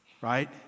right